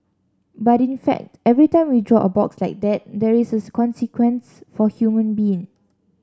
but in fact every time we draw a box like that there is a consequence for human being